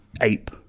ape